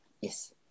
Yes